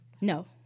No